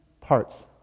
parts